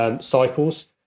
cycles